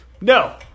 no